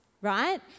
right